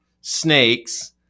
snakes